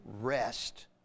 rest